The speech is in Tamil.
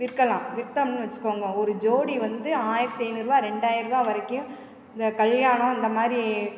விற்கலாம் விற்றோம்ன்னு வச்சுக்கோங்க ஒரு ஜோடி வந்து ஆயிரத்தி ஐந்நூறுரூவா ரெண்டாயிர ருபா வரைக்கும் இந்த கல்யாணம் இந்த மாதிரி